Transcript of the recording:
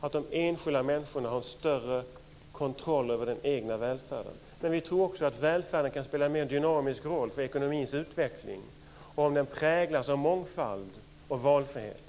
att de enskilda människorna har större kontroll över den egna välfärden. Vi tror också att välfärden kan spela en mer dynamisk roll för ekonomins utveckling om den präglas av mångfald och valfrihet.